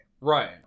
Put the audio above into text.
Right